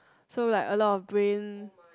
so like a lot of brain